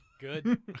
good